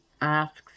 asks